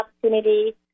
opportunity